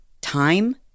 time